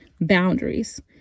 boundaries